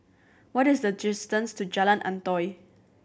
what is the distance to Jalan Antoi